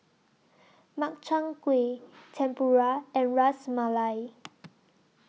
Makchang Gui Tempura and Ras Malai